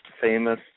Famous